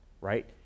right